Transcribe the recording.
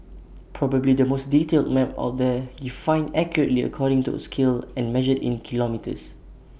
probably the most detailed map out there defined accurately according to scale and measured in kilometres